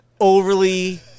overly